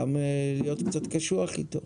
גם להיות קצת קשוח איתו.